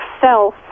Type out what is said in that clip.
self